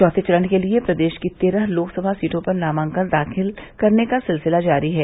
चौथे चरण के लिये प्रदेश की तेरह लोकसभा सीटों पर नामांकन दाखिल करने का सिलसिला जारी है